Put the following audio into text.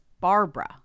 Barbara